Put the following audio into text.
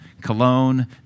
cologne